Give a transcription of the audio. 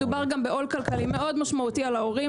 מדובר גם בעול כלכלי מאוד משמעותי על ההורים,